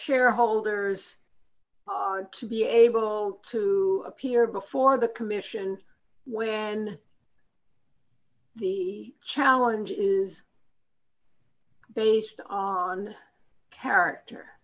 shareholders to be able to appear before the commission where and challenge is based on character